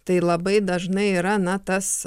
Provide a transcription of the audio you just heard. tai labai dažnai yra na tas